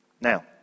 Now